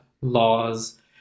laws